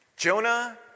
Jonah